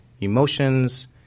emotions